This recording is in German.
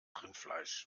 rindfleisch